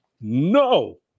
No